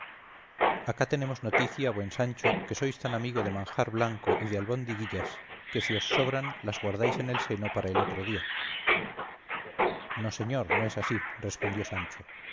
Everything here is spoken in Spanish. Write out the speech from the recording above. acá tenemos noticia buen sancho que sois tan amigo de manjar blanco y de albondiguillas que si os sobran las guardáis en el seno para el otro día no señor no es así respondió sancho